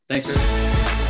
Thanks